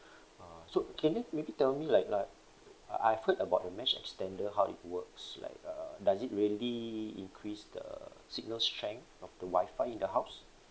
uh so can you maybe tell me like like uh I've heard about the mesh extender how it works like uh does it really increase the signal strength of the Wi-Fi in the house